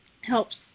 helps